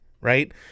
right